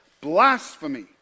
Blasphemy